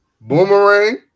Boomerang